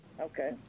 Okay